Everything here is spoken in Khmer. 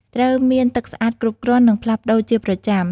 ត្រូវមានទឹកស្អាតគ្រប់គ្រាន់ និងផ្លាស់ប្តូរជាប្រចាំ។